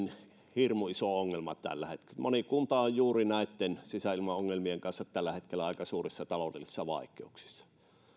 hirmu iso ongelma tällä hetkellä moni kunta on juuri näitten sisäilmaongelmien kanssa tällä hetkellä aika suurissa taloudellisissa vaikeuksissa